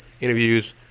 Interviews